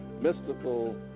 mystical